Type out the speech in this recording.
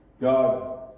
God